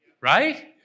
right